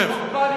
שב.